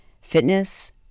fitness